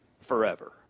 forever